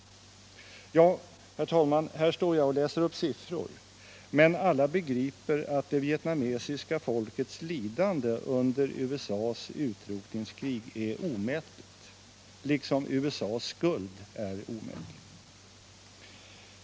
Herr talman! Här står jag och läser upp siffror, men alla begriper att det vietnamesiska folkets lidande under USA:s utrotningskrig är omätligt —- liksom USA:s skuld är omätlig.